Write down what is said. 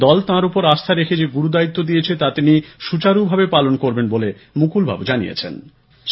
দল তাঁর উপর আস্হা রেখে যে গুরুদায়িত্ব দিয়েছে তা তিনি সুচারুভাবে পালন করবেন বলে মুকুলবাবু জানিয়েছেন